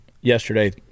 yesterday